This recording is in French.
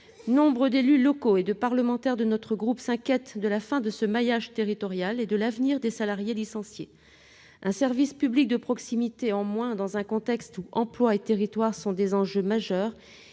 Nombre d'élus locaux et de parlementaires de notre groupe s'inquiètent de la fin de ce maillage territorial et de l'avenir des salariés licenciés. Il s'agit d'un service public de proximité en moins dans un contexte où emploi et territoires sont des enjeux majeurs,